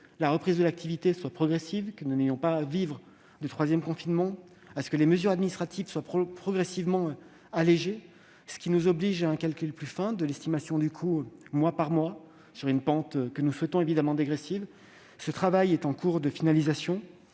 la reprise de l'activité sera progressive, que nous n'aurons pas à vivre un troisième confinement et que les mesures administratives seront progressivement allégées. Cela nous oblige à un calcul plus fin de l'estimation du coût, mois par mois, sur une pente que nous souhaitons évidemment dégressive. Ce travail est en cours de finalisation.